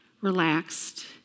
relaxed